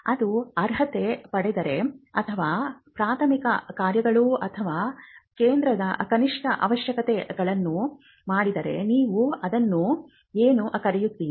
ಅದು ಅರ್ಹತೆ ಪಡೆದರೆ ಅಥವಾ ಪ್ರಾಥಮಿಕ ಕಾರ್ಯಗಳು ಅಥವಾ ಕೇಂದ್ರದ ಕನಿಷ್ಠ ಅವಶ್ಯಕತೆಗಳನ್ನು ಮಾಡಿದರೆ ನೀವು ಅದನ್ನು ಏನು ಕರೆಯುತ್ತೀರಿ